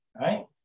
right